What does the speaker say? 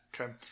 Okay